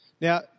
Now